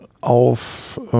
auf